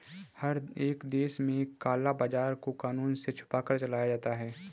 हर एक देश में काला बाजार को कानून से छुपकर चलाया जाता है